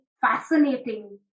fascinating